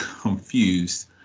confused